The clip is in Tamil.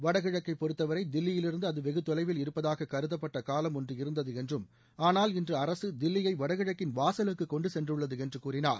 வடகிழக்கு பொறுத்தவரை தில்லியிலிருந்து அது வெகுதொலைவில் இருப்பதாக கருதப்பட்ட காலம் ஒன்று இருந்தது என்றும் ஆனால் இன்று அரசு தில்லியை வடகிழக்கின் வாசலுக்கு கொண்டுசென்றுள்ளது என்று கூறினார்